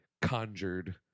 conjured